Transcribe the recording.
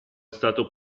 stato